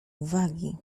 uwagi